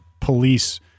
police